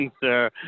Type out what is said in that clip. sir